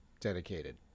dedicated